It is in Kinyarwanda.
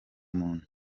muntu